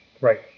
Right